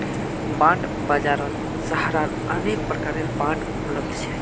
bond बाजारत सहारार अनेक प्रकारेर बांड उपलब्ध छ